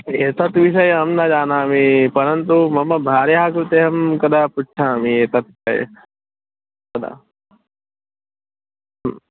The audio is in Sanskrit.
एतत् विषये अहं न जानामि परन्तु मम भार्यायाः कृते अहम् एकदा पृच्छामि एतत् पे एकदा